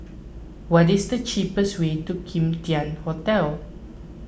what is the cheapest way to Kim Tian Hotel